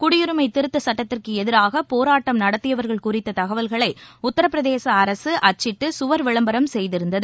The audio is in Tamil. குடியுரிமைதிருத்தச் சட்டத்திற்குஎதிராகபோராட்டம் நடத்தியவர்கள் குறித்ததகவல்களைஉத்தரப்பிரதேசஅரசுஅச்சிட்டுசுவர் விளம்பரம் செய்திருந்தது